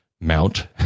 mount